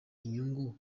inyungu